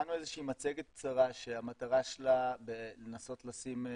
הכנו איזה שהיא מצגת קצרה שהמטרה שלה לנסות לשים,